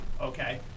Okay